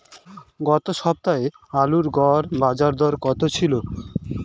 গত সপ্তাহে আলুর গড় বাজারদর কত ছিল?